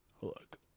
Look